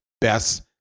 best